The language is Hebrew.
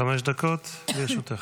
עד חמש דקות לרשותך.